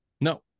No